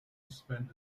spent